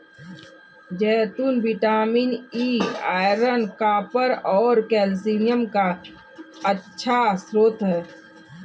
जैतून vitamin E, iron, copper और calcium का अच्छा स्रोत हैं